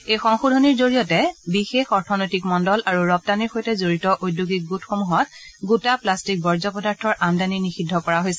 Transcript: এই সংশোধনীৰ জৰিয়তে বিশেষ অৰ্থনৈতিক মণ্ডল আৰু ৰপ্তানীৰ সৈতে জড়িত ঔদ্যোগিক গোটসমূহত গোটা প্লাষ্টিক বৰ্জ্য পদাৰ্থৰ আমদানী নিষিদ্ধ কৰা হৈছে